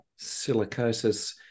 silicosis